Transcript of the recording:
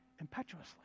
impetuously